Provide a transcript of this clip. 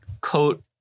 coat